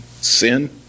Sin